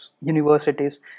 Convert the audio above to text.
universities